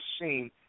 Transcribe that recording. seen